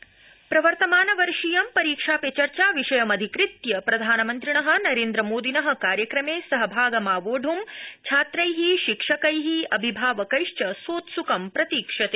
परीक्षा पे चर्चा प्रवर्तमानवर्षीयं परीक्षा पे चर्चा विषयमधिकृत्य प्रधानमन्त्रिण नरेन्द्रमोदिन कार्यक्रमे सहभागमावोढ़ं छात्रै शिक्षकै अभिभावकैश्च सोत्स्कं प्रतीक्षते